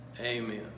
Amen